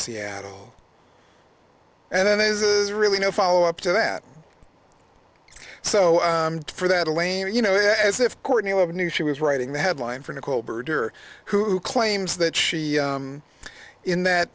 seattle and then there's really no follow up to that so for that elaine you know as if courtney love knew she was writing the headline for nicole berger who claims that she in that